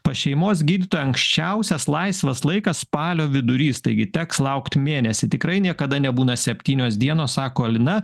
pas šeimos gydytoją anksčiausias laisvas laikas spalio vidurys taigi teks laukti mėnesį tikrai niekada nebūna septynios dienos sako alina